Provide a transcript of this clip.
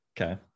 okay